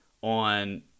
on